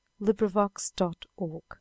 LibriVox.org